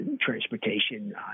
transportation